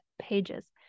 pages